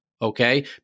okay